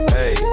Hey